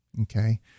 okay